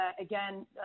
again